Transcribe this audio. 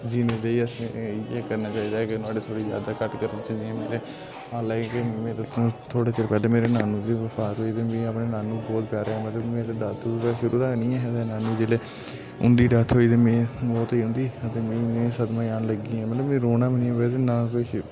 जीने लेई असे इयो करना चाहिदा की नुआड़ी थोह्ड़ी ज्यादा कट्ट करनी चाहिदि मतलब हाला की मेरे तु थोह्ड़े चेर पैह्ला मेरे नानु दी ते मी अपने नानु बहुत प्यारे हे मतलब मेरे दादु शुरू दा ते ऐ नेही हे ते नानु जोल्लै उंदी डेथ होंई ते मै मौत होंई उंदी मतलब मी सदमा जनेहा लग्गी गेआ मतलब मी रौना बी नी आबा ते ना केश